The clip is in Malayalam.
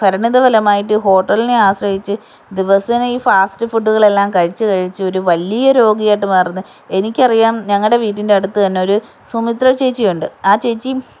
പരണിതഫലമായിട്ട് ഹോട്ടൽനേ ആശ്രയിച്ച് ദിവസേനെ ഈ ഫാസ്റ്റ് ഫുഡ്ഡ്കളെല്ലാം കഴിച്ച് കഴിച്ചൊരു വലിയ രോഗി ആയിട്ട് മാറുന്നത് എനിക്ക് അറിയാം ഞങ്ങളുടെ വീടിൻ്റടുത്ത് തന്നൊരു സുമിത്ര ച്ചേച്ചി ഉണ്ട് ആ ചേച്ചിം